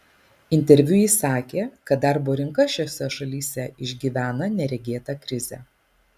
interviu ji sakė kad darbo rinka šiose šalyse išgyvena neregėtą krizę